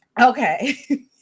okay